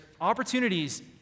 opportunities